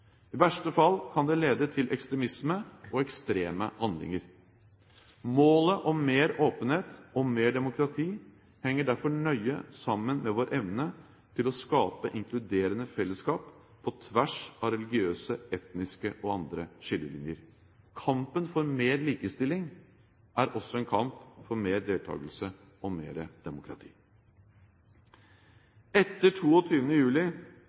I verste fall kan det lede til ekstremisme og ekstreme handlinger. Målet om mer åpenhet og demokrati henger derfor nøye sammen med vår evne til å skape inkluderende fellesskap på tvers av religiøse, etniske og andre skillelinjer. Kampen for mer likestilling er også en kamp for mer deltakelse og mer demokrati. Etter 22. juli